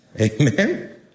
Amen